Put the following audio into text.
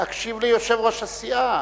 להקשיב ליושב-ראש הסיעה.